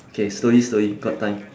okay slowly slowly got time